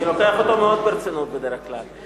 אני לוקח אותו מאוד ברצינות בדרך כלל.